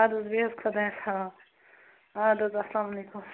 اَدٕ حظ بیٚہہ حظ خۄدایس حَوال اَدٕ حظ اسلامَ علیکُم